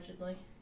allegedly